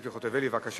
כולם רוצים עבודה ורווחה?